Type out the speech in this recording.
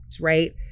right